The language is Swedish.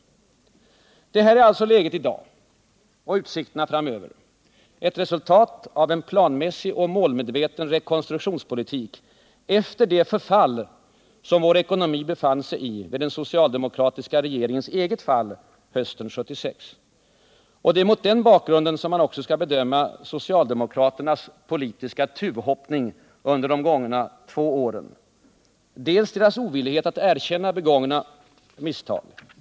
Detta är alltså läget i dag och utsikterna framöver, ett resultat av en planmässig och målmedveten rekonstruktionspolitik efter det förfall vår ekonomi befann sig i vid den socialdemokratiska regeringens eget fall hösten 1976. Det är mot den bakgrunden som man skall bedöma socialdemokraternas politiska tuvhoppning under de gångna två åren: Dels deras ovillighet att erkänna begångna misstag.